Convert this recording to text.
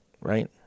right